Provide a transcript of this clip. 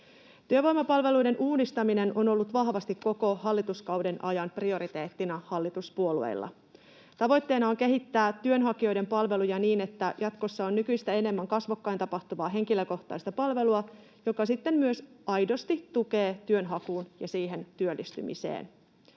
Työvoimapalveluiden uudistaminen on ollut vahvasti koko hallituskauden ajan prioriteettina hallituspuolueilla. Tavoitteena on kehittää työnhakijoiden palveluja niin, että jatkossa on nykyistä enemmän kasvokkain tapahtuvaa henkilökohtaista palvelua, joka sitten myös aidosti tukee työnhakua ja työllistymistä.